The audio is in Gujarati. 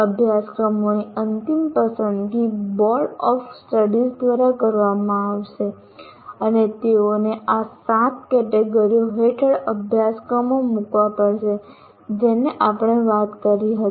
અભ્યાસક્રમોની અંતિમ પસંદગી બોર્ડ ઓફ સ્ટડીઝ દ્વારા કરવામાં આવશે અને તેઓએ આ સાત કેટેગરીઓ હેઠળ અભ્યાસક્રમો મૂકવા પડશે જેની આપણે વાત કરી હતી